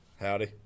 howdy